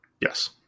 Yes